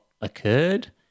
occurred